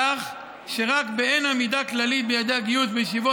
כך שרק באין עמידה כללית ביעדי הגיוס בישיבות